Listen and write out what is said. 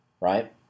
right